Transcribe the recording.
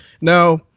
Now